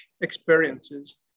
experiences